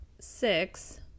six